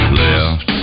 left